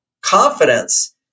confidence